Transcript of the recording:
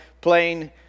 playing